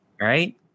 Right